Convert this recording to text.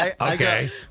Okay